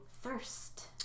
First